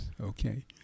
okay